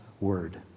word